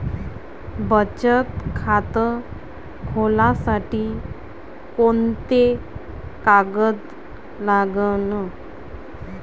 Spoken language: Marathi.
बचत खात खोलासाठी कोंते कागद लागन?